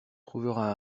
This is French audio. trouveras